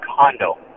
condo